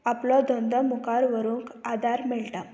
आपलो धंदो मुखार व्हरूंक आदार मेळटा